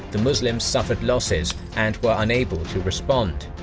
the muslims suffered losses and were unable to respond.